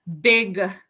big